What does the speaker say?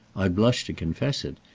i blush to confess it,